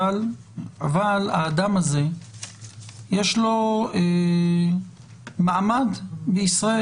אבל לאדם הזה יש מעמד בישראל.